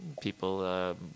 people